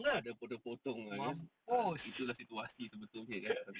ada potong potong potong itu lah situasi sebetulnya